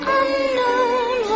unknown